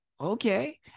okay